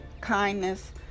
kindness